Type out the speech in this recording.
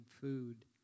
food